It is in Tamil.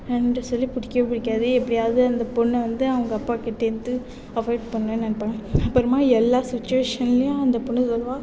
வந்து சொல்லி பிடிக்கவே பிடிக்காது எப்படியாவது அந்த பொண்ணை வந்து அவங்க அப்பாகிட்டேருந்து அவாய்ட் பண்ணணும்ன்னு நினைப்பாங்க அப்புறமா எல்லா சிச்சுவேஷன்லேயும் அந்த பொண்ணு சொல்லுவாள்